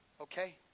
okay